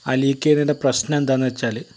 ആ ലീക്ക് ചെയ്യുന്നതിൻ്റെ പ്രശ്നം എന്താന്ന് വെച്ചാല്